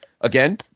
Again